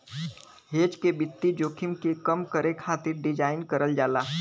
hedge के वित्तीय जोखिम के कम करे खातिर डिज़ाइन करल जाला